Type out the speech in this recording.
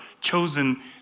chosen